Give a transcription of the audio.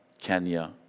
Kenya